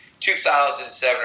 2007